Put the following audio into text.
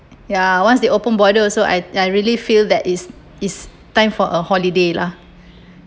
ya once they open border also I I really feel that it's it's time for a holiday lah